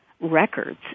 records